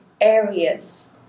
areas